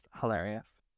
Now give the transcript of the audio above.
hilarious